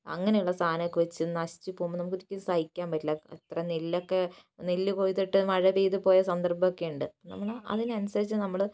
അങ്ങനെയുള്ള സാധനമൊക്കെ വച്ച് നശിച്ച് പോവുമ്പോൾ നമുക്ക് ഒരിക്കലും സഹിക്കാൻ പറ്റില്ല അത്ര നെല്ലൊക്കെ നെല്ല് കൊയ്തിട്ട് മഴ പെയ്ത് പോയ സന്ദർഭമൊക്കെയുണ്ട് നമ്മൾ അതിനനുസരിച്ച് നമ്മൾ